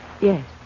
Yes